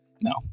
No